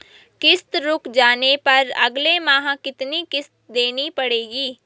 किश्त रुक जाने पर अगले माह कितनी किश्त देनी पड़ेगी?